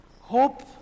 Hope